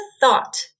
thought